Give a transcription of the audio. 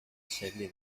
segle